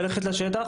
ללכת לשטח.